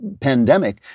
pandemic